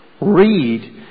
Read